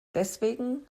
deswegen